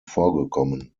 vorgekommen